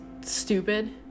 stupid